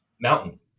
mountain